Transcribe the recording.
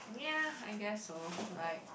yeah I guess so like